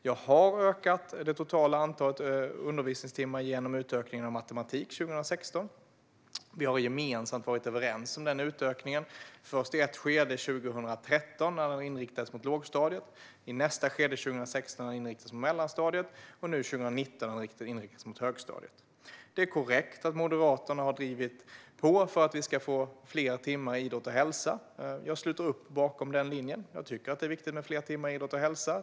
Jag har ökat det totala antalet undervisningstimmar genom utökningen av matematik 2016. Vi har gemensamt varit överens om denna utökning. I det första skedet 2013 inriktades den på lågstadiet, i nästa skede 2016 inriktades den på mellanstadiet och nu 2019 inriktas den på högstadiet. Det är korrekt att Moderaterna har drivit på för att vi ska få fler timmar i idrott och hälsa. Jag sluter upp bakom den linjen. Jag tycker att det är viktigt med fler timmar i idrott och hälsa.